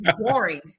boring